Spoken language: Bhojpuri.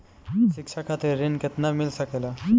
शिक्षा खातिर ऋण केतना मिल सकेला?